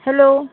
hello